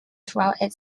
throughout